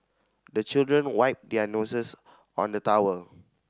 the children wipe their noses on the towel